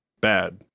Bad